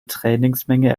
trainingsmenge